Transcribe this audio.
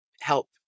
help